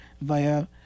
via